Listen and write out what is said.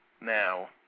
now